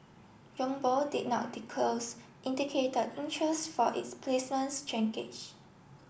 did not disclose indicated interest for its placements